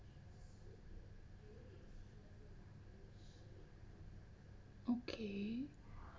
okay